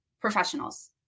professionals